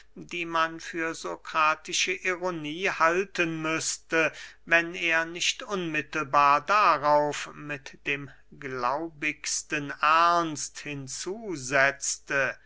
die man für sokratische ironie halten müßte wenn er nicht unmittelbar darauf mit dem gläubigsten ernst hinzusetzte